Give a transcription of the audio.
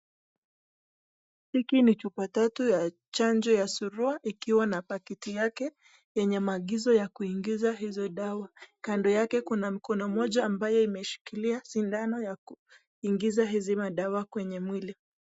Hiki ni chupa tatu ya chanjo ya surua ikiwa na pakiti yake kwenye maagizo ya kuingiza hizo dawa. Kando yake kuna mkono moja ambaye imeshikilia sindano ya kuingiza hizi madawa kwenye mwili.